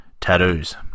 tattoos